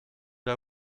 per